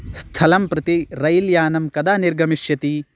स्थलं प्रति रैल् यानं कदा निर्गमिष्यति